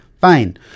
fine